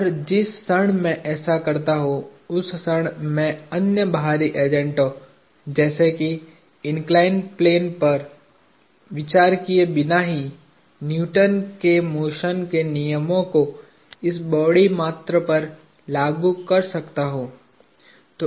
और जिस क्षण मैं ऐसा करता हूं उस क्षण मैं अन्य बाहरी एजेंटो जैसे कि इन्कलाईन्ड प्लेन पर विचार किए बिना ही न्यूटन के मोशन के नियमों को इस बॉडी मात्र पर लागू कर सकता हूं